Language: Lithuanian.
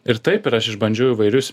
ir taip aš išbandžiau įvairius